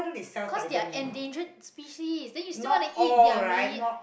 'cause they are endangered species then you still wanna eat their meat